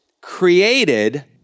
created